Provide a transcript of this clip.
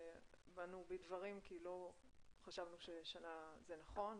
באנו בדברים כי לא חשבנו ששנה זה נכון,